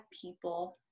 people